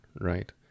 right